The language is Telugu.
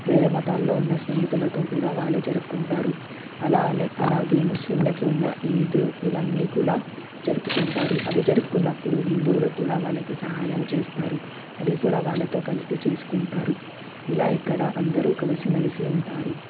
వేరే మతాల్లో ఉన్న స్నేహితులుతో కూడా వాళ్ళు జరుపుకుంటారు అలానే అలాగే ముస్లింలకు ఉన్న ఈద్ ఇవన్నీ కూడా జరుపుకుంటారు అవి జరుపుకున్నప్పుడు హిందువులు కూడా వారికి సహాయం చేస్తారు అది కూడా వాళ్ళతో కలిపి చేసుకుంటారు ఇలా ఇక్కడ అందరూ కలిసిమెలిసి ఉంటారు